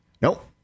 Nope